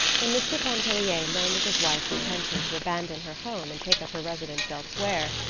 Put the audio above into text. when mr. pontellier learned of his wife's intention to abandon her home and take up her residence elsewhere,